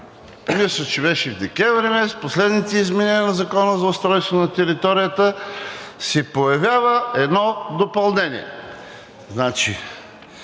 мисля, че беше декември месец, в последните изменения на Закона за устройство на територията се появява едно допълнение.